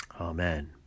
Amen